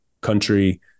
country